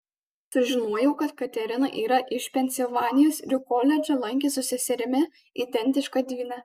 sužinojau kad katerina yra iš pensilvanijos ir koledžą lankė su seserimi identiška dvyne